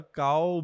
cow